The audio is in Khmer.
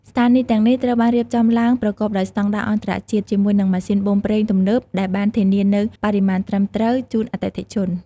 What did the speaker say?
ស្ថានីយ៍ទាំងនេះត្រូវបានរៀបចំឡើងប្រកបដោយស្តង់ដារអន្តរជាតិជាមួយនឹងម៉ាស៊ីនបូមប្រេងទំនើបដែលបានធានានូវបរិមាណត្រឹមត្រូវជូនអតិថិជន។